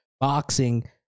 boxing